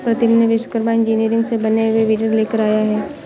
प्रीतम ने विश्वकर्मा इंजीनियरिंग से बने हुए वीडर लेकर आया है